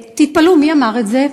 תתפלאו, מי אמר את זה?